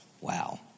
Wow